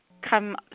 come